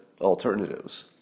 alternatives